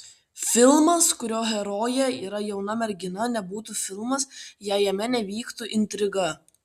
filmas kurio herojė yra jauna mergina nebūtų filmas jei jame nevyktų intriga